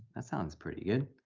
that sounds pretty good.